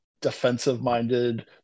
defensive-minded